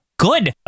Good